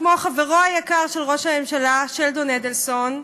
כמו חברו היקר של ראש הממשלה שלדון אדלסון,